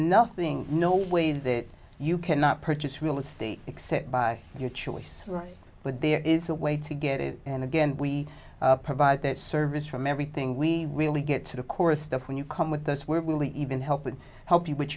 nothing no way that you cannot purchase real estate except by your choice but there is a way to get it and again we provide that service from everything we really get to the core stuff when you come with us where we even help and help you with